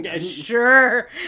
Sure